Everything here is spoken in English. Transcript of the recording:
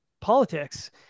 politics